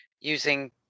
using